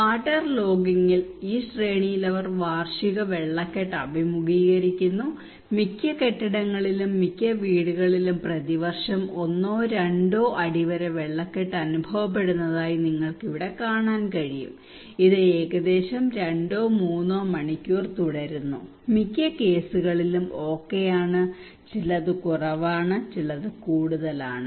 വാട്ടർലോഗിംഗിൽ ഈ ശ്രേണിയിൽ അവർ വാർഷിക വെള്ളക്കെട്ട് അഭിമുഖീകരിക്കുന്നു മിക്ക കെട്ടിടങ്ങളിലും മിക്ക വീടുകളിലും പ്രതിവർഷം ഒന്നോ രണ്ടോ അടി വരെ വെള്ളക്കെട്ട് അനുഭവപ്പെടുന്നതായി നിങ്ങൾക്ക് ഇവിടെ കാണാൻ കഴിയും ഇത് ഏകദേശം രണ്ടോ മൂന്നോ മണിക്കൂർ തുടരുന്നു മിക്ക കേസുകളും ഓക്കേ ആണ് ചിലത് കുറവാണ് ചിലത് കൂടുതലാണ്